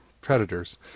predators